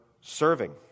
serving